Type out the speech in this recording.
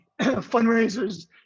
fundraisers